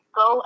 go